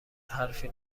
حرفی